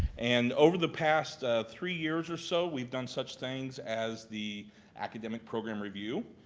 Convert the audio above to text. and over the past three years or so, we've done such things as the academic program review,